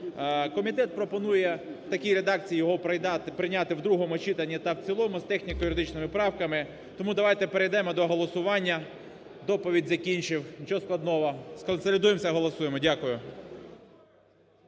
Комітет пропонує в такій редакції його прийняти в другому читанні та в цілому з техніко-юридичними правками. Тому давайте перейдемо до голосування. Доповідь закінчив. Нічого складного. Сконсолідуємось, голосуємо. Дякую.